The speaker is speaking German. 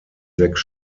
sechs